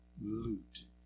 loot